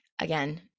again